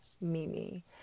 Mimi